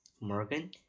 Morgan